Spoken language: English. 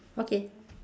okay